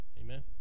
amen